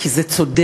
כי זה צודק,